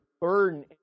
burden